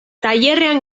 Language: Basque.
tailerrean